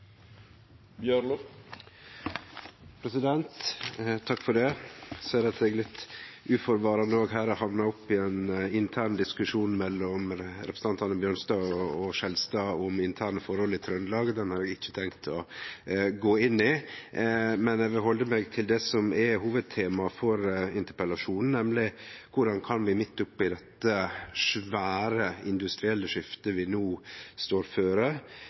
ser at eg her litt uforvarande har hamna i ein intern diskusjon mellom representantane Bjørnstad og Skjelstad om interne forhold i Trøndelag. Den har eg ikkje tenkt å gå inn i, men eg vil halde meg til det som er hovudtemaet for interpellasjonen, nemleg dette svære industrielle skiftet vi no står føre, og som krev veldig mykje på mange frontar, som òg statsråden var inne på: Korleis kan vi,